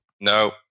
No